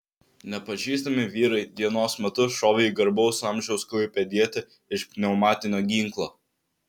nepažįstami vyrai dienos metu šovė į garbaus amžiaus klaipėdietį iš pneumatinio ginklo